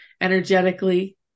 energetically